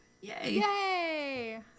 Yay